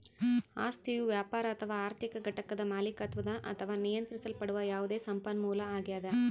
ಆಸ್ತಿಯು ವ್ಯಾಪಾರ ಅಥವಾ ಆರ್ಥಿಕ ಘಟಕದ ಮಾಲೀಕತ್ವದ ಅಥವಾ ನಿಯಂತ್ರಿಸಲ್ಪಡುವ ಯಾವುದೇ ಸಂಪನ್ಮೂಲ ಆಗ್ಯದ